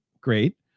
Great